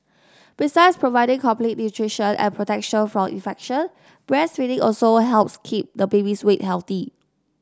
besides providing complete nutrition and protection from infection breastfeeding also helps keep the baby's weight healthy